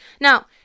Now